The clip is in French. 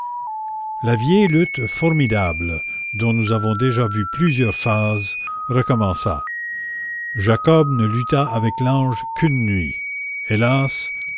la vieille lutte formidable dont nous avons déjà vu plusieurs phases recommença jacob ne lutta avec l'ange qu'une nuit hélas